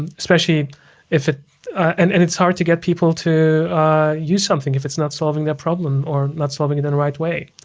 and especially if it and and it's hard to get people to use something if it's not solving that problem or not solving it in the right way.